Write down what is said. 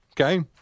Okay